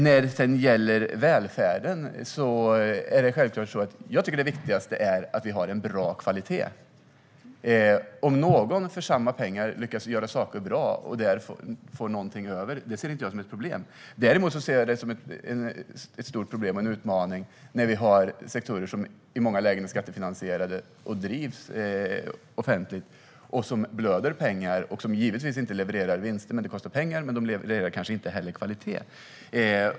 När det sedan gäller välfärden är det självklart så att det viktigaste är att vi har en bra kvalitet. Om någon för samma pengar lyckas göra saker bra och får någonting över ser jag det inte som ett problem. Däremot ser jag det som ett stort problem och en utmaning när vi har sektorer som i många lägen är skattefinansierade och drivs offentligt och som blöder pengar. De levererar givetvis inte vinster. Det kostar pengar, och de levererar kanske inte heller kvalitet.